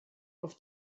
auf